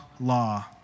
law